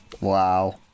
Wow